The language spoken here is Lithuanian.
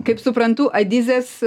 kaip suprantu adizės